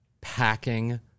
packing